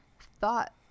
thought